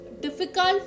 difficult